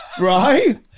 right